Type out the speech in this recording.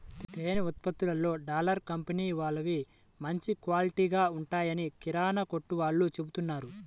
తేనె ఉత్పత్తులలో డాబర్ కంపెనీ వాళ్ళవి మంచి క్వాలిటీగా ఉంటాయని కిరానా కొట్టు వాళ్ళు చెబుతున్నారు